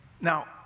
Now